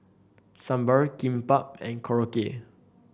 Sambar Kimbap and Korokke